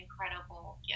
incredible